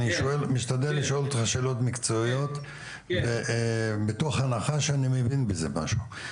אני משתדל לשאול אותך שאלות מקצועיות מתוך הנחה שאני מבין בזה משהו.